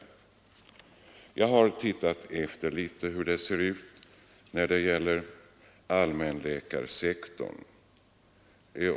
Jag har undersökt litet hur det ser ut på allmänläkarsektorn.